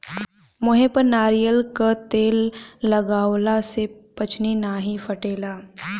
मुहे पर नारियल कअ तेल लगवला से पछ्नी नाइ फाटेला